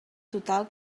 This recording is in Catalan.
total